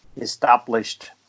established